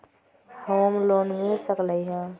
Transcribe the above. Home loan मिल सकलइ ह?